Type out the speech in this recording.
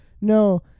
no